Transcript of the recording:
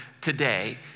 today